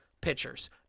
pitchers